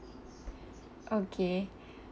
okay